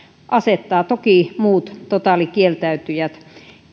asettaa toki muut totaalikieltäytyjät